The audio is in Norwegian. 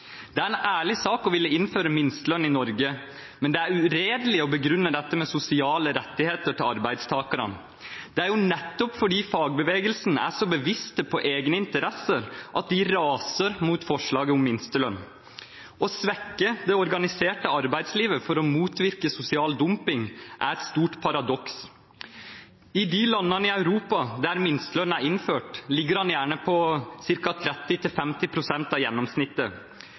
Det er en ærlig sak å ville innføre minstelønn i Norge, men det er uredelig å begrunne dette med sosiale rettigheter til arbeidstakerne. Det er jo nettopp fordi fagbevegelsen er så bevisst på egne interesser at den raser mot forslaget om minstelønn. Å svekke det organiserte arbeidslivet for å motvirke sosial dumping er et stort paradoks. I de landene i Europa der minstelønn er innført, ligger den gjerne på ca. 30–50 pst. av gjennomsnittet.